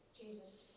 Jesus